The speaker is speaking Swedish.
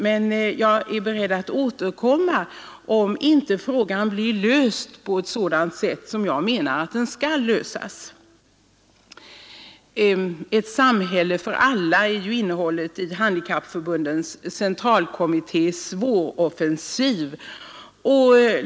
Men jag är beredd att återkomma, om frågan inte blir löst på ett sådant sätt som jag menar att den skall lösas på. ”Ett samhälle för alla” är ju parollen för Handikappförbundens centralkommittés våroffensiv.